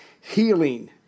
healing